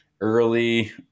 early